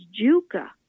Juka